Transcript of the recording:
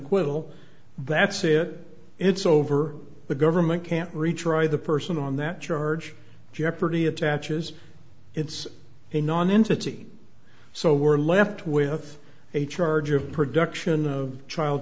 acquittal that's it it's over the government can't retry the person on that charge jeopardy attaches it's a nonentity so we're left with a charge of production of child